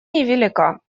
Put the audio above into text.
невелика